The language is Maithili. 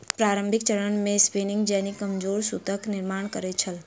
प्रारंभिक चरण मे स्पिनिंग जेनी कमजोर सूतक निर्माण करै छल